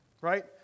right